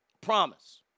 Promise